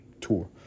tour